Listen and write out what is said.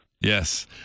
Yes